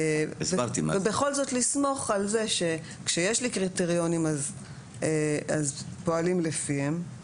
ובכל זאת לסמוך על זה שכשיש לי קריטריונים אז פועלים לפיהם,